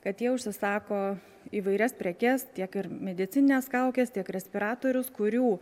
kad jie užsisako įvairias prekes tiek ir medicinines kaukes tiek respiratorius kurių